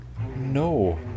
No